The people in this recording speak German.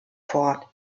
fort